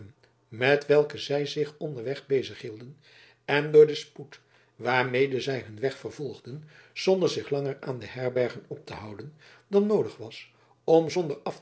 met welke zij zich onderweg bezighielden en door den spoed waarmede zij hun weg vervolgden zonder zich langer aan de herbergen op te houden dan noodig was om zonder